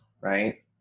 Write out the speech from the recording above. right